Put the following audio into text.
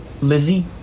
Lizzie